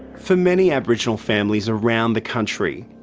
for many aboriginal families around the country,